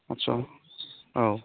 आठस' औ